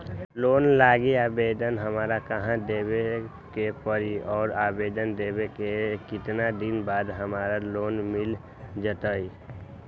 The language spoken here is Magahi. लोन लागी आवेदन हमरा कहां देवे के पड़ी और आवेदन देवे के केतना दिन बाद हमरा लोन मिल जतई?